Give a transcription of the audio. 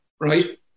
Right